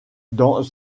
dans